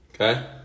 okay